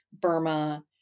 Burma